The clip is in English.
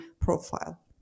profile